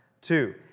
Two